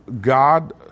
God